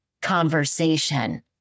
conversation